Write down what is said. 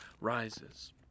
rises